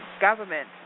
government